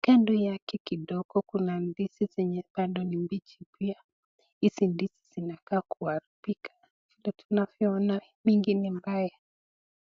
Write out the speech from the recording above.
Kando yake kidogo kuna ndizi zenye bado ni mbichi pia. Hizi ndizi zinakaa kuharibika, vile tunavyoona, vingine mbaya.